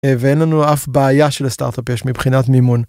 ואין לנו אף בעיה שלסטארט-אפ יש, מבחינת מימון.